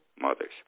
mothers